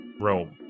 Rome